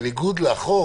בניגוד לחוק,